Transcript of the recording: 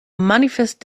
manifest